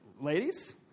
Ladies